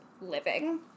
living